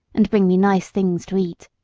and bring me nice things to eat.